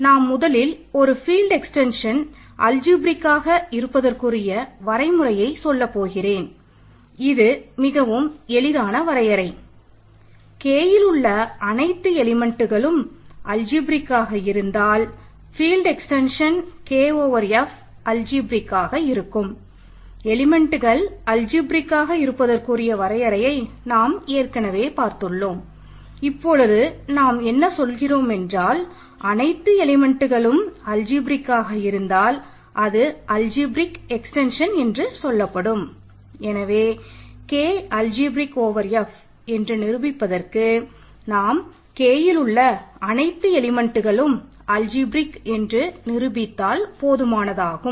நான் முதலில் ஒரு ஃபீல்ட் எக்ஸ்டென்ஷன் என்று நிரூபித்தால் போதுமானதாகும்